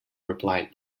replied